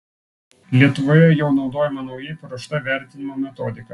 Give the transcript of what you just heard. lietuvoje jau naudojama naujai paruošta vertinimo metodika